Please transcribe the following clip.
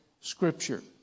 Scripture